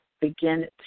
Begin